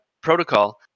protocol